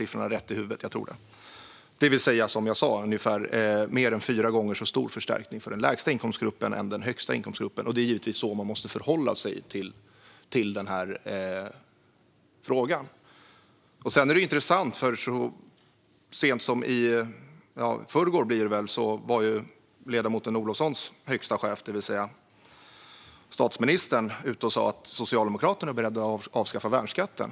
Förstärkningen är alltså, som jag sa, mer än fyra gånger så stor för den lägsta inkomstgruppen som för den högsta. Det är givetvis så man måste förhålla sig till denna fråga. Det är också intressant att ledamoten Olovssons högsta chef, det vill säga statsministern, så sent som i förrgår sa att Socialdemokraterna är beredda att avskaffa värnskatten.